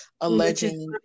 alleging